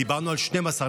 דיברנו על 12,